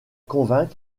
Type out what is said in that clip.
convainc